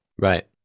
Right